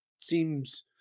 seems